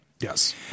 yes